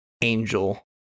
angel